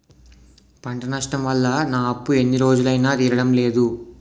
పంట నష్టం వల్ల నా అప్పు ఎన్ని రోజులైనా తీరడం లేదు